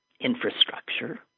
infrastructure